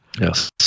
Yes